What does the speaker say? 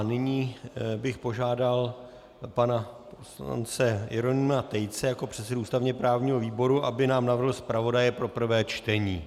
Nyní bych požádal pana poslance Jeronýma Tejce jako předsedu ústavněprávního výboru, aby nám navrhl zpravodaje pro prvé čtení.